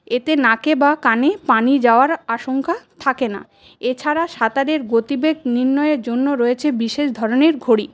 এতে নাকে বা কানে পানি যাওয়ার আশঙ্কা থাকে না এ ছাড়া সাঁতারের গতিবেগ নির্ণয়ের জন্য রয়েছে বিশেষ ধরণের ঘড়ি